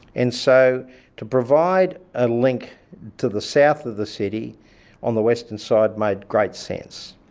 and so to provide a link to the south of the city on the western side made great sense.